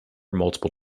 multiple